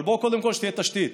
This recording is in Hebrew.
אבל קודם כול שתהיה תשתית,